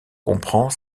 comprend